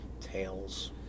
tales